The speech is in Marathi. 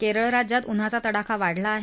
केरळ राज्यात उन्हाचा तडाखा वाढला आहे